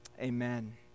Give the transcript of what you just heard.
Amen